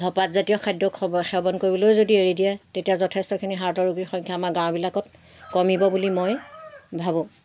ধপাত জাতীয় খাদ্য সেৱন কৰিবলৈও যদি এৰি দিয়ে তেতিয়া যথেষ্টখিনি হাৰ্টৰ সংখ্যা আমাৰ গাঁওবিলাকত কমিব বুলি মই ভাবোঁ